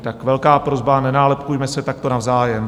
Tak velká prosba nenálepkujme se takto navzájem.